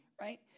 right